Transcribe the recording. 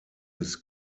his